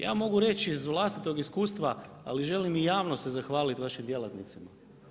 Ja mogu reći iz vlastitog iskustva, ali želim i javno se zahvaliti vašim djelatnicima.